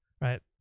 right